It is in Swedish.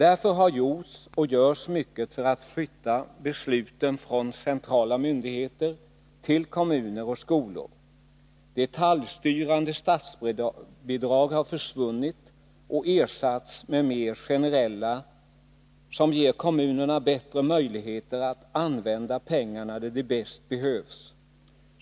Därför har det gjorts och görs mycket för att flytta besluten från centrala myndigheter till kommuner och skolor. Detaljstyrande statsbidrag har försvunnit och ersatts med mer generella bidrag, som ger kommunerna bättre möjlighet att använda pengarna där de bäst behövs.